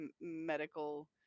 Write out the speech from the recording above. medical